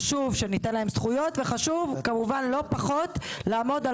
חשוב שניתן להם זכויות וחשוב כמובן לא פחות לעמוד על